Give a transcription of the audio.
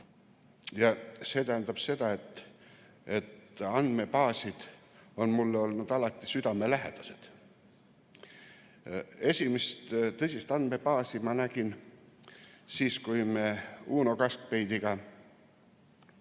See tähendab seda, et andmebaasid on mulle olnud alati südamelähedased. Esimest tõsist andmebaasi ma nägin siis, kui me Uno Kaskpeitiga käisime